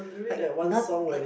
like no~ like